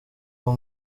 uwo